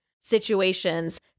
situations